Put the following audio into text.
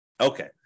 Okay